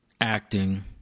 acting